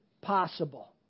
possible